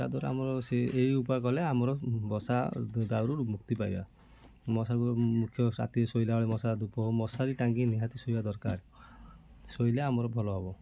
ତା' ଦ୍ୱାରା ଆମର ସେ ଏଇ ଉପାୟ କଲେ ଆମର ମଶା ଦାଉରୁ ମୁକ୍ତି ପାଇବା ମଶା ମୁଖ୍ୟ ରାତିରେ ଶୋଇଲା ବେଳକୁ ମଶା ଧୂପ ମଶାରୀ ଟାଙ୍ଗି ନିହାତି ଶୋଇବା ଦରକାର ଶୋଇଲେ ଆମର ଭଲ ହେବ